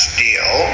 deal